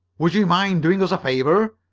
would you mind doing us a favor?